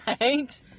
Right